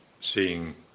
seeing